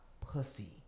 pussy